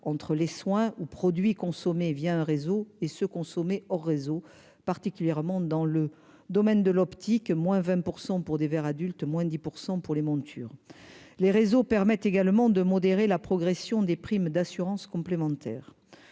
entre les soins ou produits consommés via un réseau et se consommer au réseau, particulièrement dans le domaine de l'optique, moins 20 % pour des verres adultes moins 10 pour pour les montures les réseaux permettent également de modérer la progression des primes d'assurance complémentaire